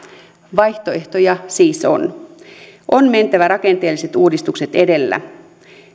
vaihtoehtoja siis on on mentävä rakenteelliset uudistukset edellä